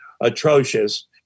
atrocious